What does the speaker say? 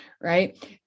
Right